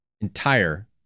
entire